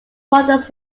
models